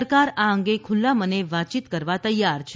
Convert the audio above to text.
સરકાર આ અંગે ખુલ્લા મને વાતચીત કરવા તૈયાર છે